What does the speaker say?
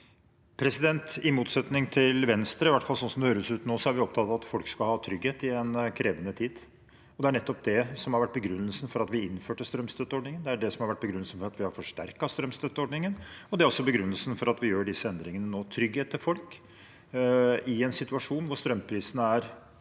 I motsetning til Venstre, i hvert fall sånn som det høres ut nå, er vi opptatt av at folk skal ha trygghet i en krevende tid. Det er nettopp det som har vært begrunnelsen for at vi innførte strømstøtteordningen, det er det som har vært begrunnelsen for at vi har forsterket strømstøtteordningen, og det er også begrunnelsen for at vi gjør disse endringene nå. Trygghet til folk i en situasjon hvor strømprisene er